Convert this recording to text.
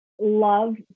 love